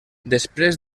després